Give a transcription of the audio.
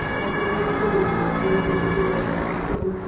our very cool, extremely cool, awesome,